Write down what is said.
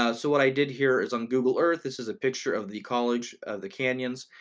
ah so what i did here is on google earth, this is a picture of the college of the canyons,